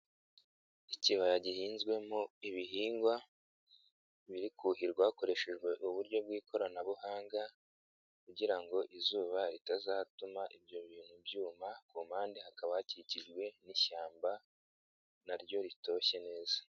Ikibaya gihinzwemo ibihingwa biri kuhirwa hakoreshejwe uburyo bw'ikoranabuhanga kugira ngo izuba ritazatuma ibyo bintu byuma ku mpande hakaba hakikijwe n'ishyamba naryo ritoshye neza.